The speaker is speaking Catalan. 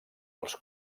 els